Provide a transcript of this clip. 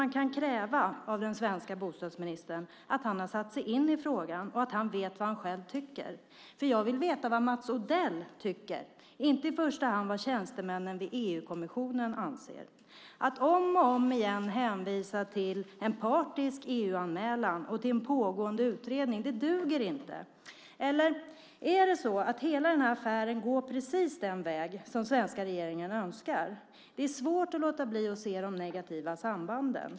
Man kan kräva av den svenska bostadsministern att han har satt sig in i frågan och att han vet vad han själv tycker. Jag vill veta vad Mats Odell tycker och inte i första hand vad tjänstemännen vid EU-kommissionen anser. Att om och om igen hänvisa till en partisk EU-anmälan och till en pågående utredning duger inte, eller är det så att hela den här affären går precis den väg som den svenska regeringen önskar? Det är svårt att låta bli att se de negativa sambanden.